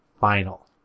final